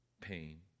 pain